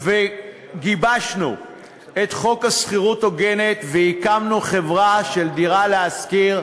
גיבשנו את חוק שכירות הוגנת והקמנו חברה של "דירה להשכיר".